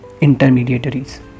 intermediaries